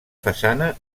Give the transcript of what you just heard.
façana